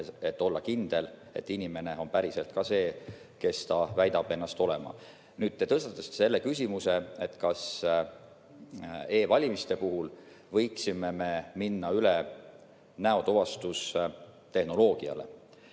et olla kindel, et inimene on päriselt ka see, keda ta väidab ennast olevat. Te tõstatasite selle küsimuse, kas e‑valimiste puhul me võiksime minna üle näotuvastustehnoloogiale.